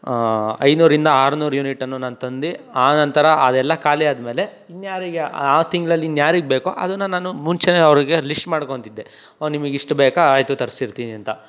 ಐನೂರರಿಂದ ಆರ್ನೂರು ಯುನಿಟನ್ನು ನಾನು ತಂದು ಆನಂತರ ಅದೆಲ್ಲ ಖಾಲಿ ಆದಮೇಲೆ ಇನ್ಯಾರಿಗೆ ಆ ತಿಂಗ್ಳಲ್ಲಿ ಇನ್ಯಾರಿಗೆ ಬೇಕೋ ಅದನ್ನು ನಾನು ಮುಂಚೆನೆ ಅವ್ರಿಗೆ ಲಿಶ್ಟ್ ಮಾಡ್ಕೊಳ್ತಿದ್ದೆ ಓ ನಿಮಗೆ ಇಷ್ಟು ಬೇಕಾ ಆಯಿತು ತರಿಸಿರ್ತೀನಿ ಅಂತ